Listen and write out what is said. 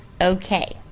Okay